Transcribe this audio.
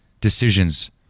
decisions